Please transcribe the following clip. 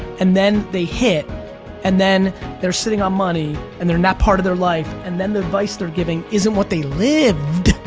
and then they hit and then they're sitting on money and they're in that part of their life and the advice they're giving isn't what they lived.